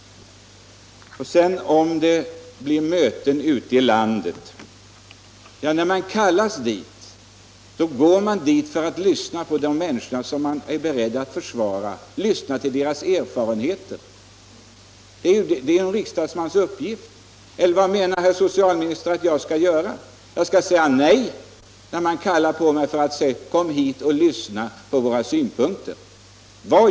Om man kallas till möten ute i landet går man dit för att lyssna till människornas erfarenheter. Det är en riksdagsmans uppgift. Eller anser socialministern att jag skall säga nej när jag inbjuds till ett möte för att ta del av människors synpunkter?